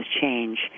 change